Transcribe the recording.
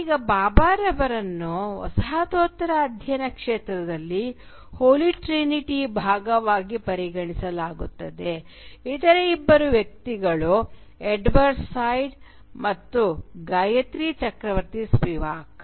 ಈಗ ಭಾಭಾರನ್ನು ವಸಾಹತೋತ್ತರ ಅಧ್ಯಯನ ಕ್ಷೇತ್ರದಲ್ಲಿ "ಹೋಲಿ ಟ್ರಿನಿಟಿ"ಯ ಭಾಗವಾಗಿ ಪರಿಗಣಿಸಲಾಗುತ್ತದೆ ಇತರ ಇಬ್ಬರು ವ್ಯಕ್ತಿಗಳು ಎಡ್ವರ್ಡ್ ಸೈಡ್ ಮತ್ತು ಗಾಯತ್ರಿ ಚಕ್ರವರ್ತಿ ಸ್ಪಿವಾಕ್